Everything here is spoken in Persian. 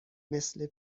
مثل